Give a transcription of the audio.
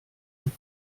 und